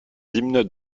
hymnes